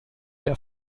der